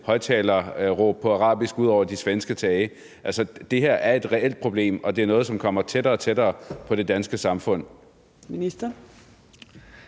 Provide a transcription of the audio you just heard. højtalererråb på arabisk ud over de svenske tage. Altså, det her er et reelt problem, og det er noget, som kommer tættere og tættere på det danske samfund.